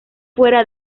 fuera